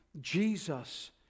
Jesus